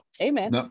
amen